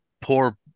poor